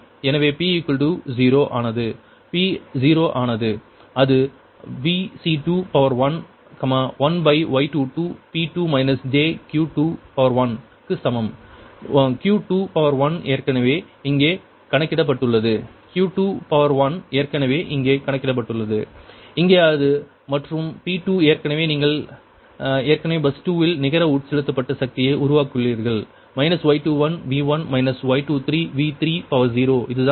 எனவே p 0 ஆனது P ஆனது 0 அது Vc21 1Y22 P2 jQ21 க்கு சமம் Q21 ஏற்கனவே இங்கே கணக்கிடப்பட்டுள்ளது Q21 ஏற்கனவே இங்கே கணக்கிடப்பட்டுள்ளது இங்கே அது மற்றும் P2 ஏற்கனவே நீங்கள் ஏற்கனவே பஸ் 2 இல் நிகர உட்செலுத்தப்பட்ட சக்தியை உருவாக்கியுள்ளீர்கள் Y21V1 Y23V30 இதுதான் விஷயம்